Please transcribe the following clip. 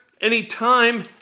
anytime